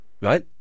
Right